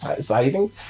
saving